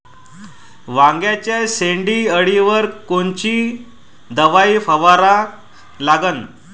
वांग्याच्या शेंडी अळीवर कोनची दवाई फवारा लागन?